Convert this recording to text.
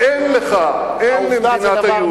אין לך, אין למדינת היהודים, אבל עובדה שלא היה.